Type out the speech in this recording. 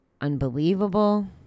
unbelievable